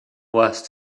worse